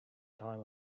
time